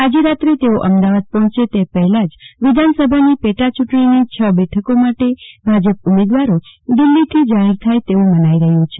આજે રાત્રે તેઓ અમદાવાદ પર્જોચે તે પહેલા જ વિધાનસભાની પેટાચુંટણીની છ બેઠકો માટે ભાજપ ઉમેદવારો દિલ્ફીથી જાહેર થાય તેવુ મનાઈ રહ્યુ છે